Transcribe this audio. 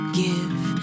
give